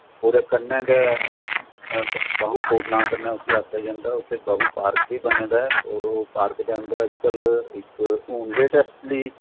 ओह्दे कन्नै गै बाहू फोर्ट नांऽ कन्नै उस्सी आखेआ जंदा उत्थे बाहू पार्क बी बने दा ऐ और ओह् पार्क दे अंदर अज कल्ल हून लेटेस्टली